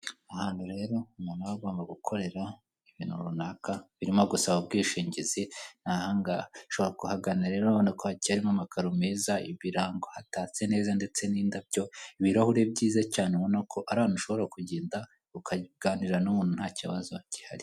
Ahantu rero umuntu aba agomba gukorera ibuntu runaka birimo gusaba ubwishingizi ni ahangaha. Ushobora kuhagana rero urabona ko hakeye n'amakaro meza, ibirango hatatse neza ndetse n'indabyo, ibirahure byiza cyane. Urabona ko ari ahantu ushobora kugenda ukaganira n'umuntu nta kibazo gihari.